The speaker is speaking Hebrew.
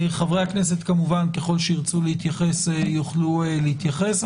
חברי הכנסת ככל שירצו להתייחס, יוכלו להתייחס.